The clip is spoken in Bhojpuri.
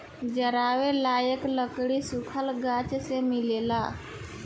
जरावे लायक लकड़ी सुखल गाछ से मिलेला